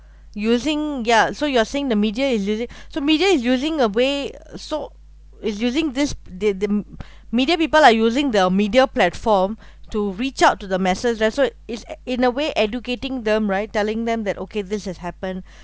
using yeah so you are saying the media is using so media is using a way so is using this the the m~ media people are using the media platform to reach out to the masses that's why is in a way educating them right telling them that okay this has happened